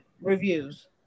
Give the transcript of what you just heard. reviews